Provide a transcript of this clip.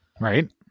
Right